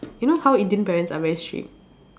you know how Indian parents are very strict